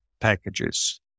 packages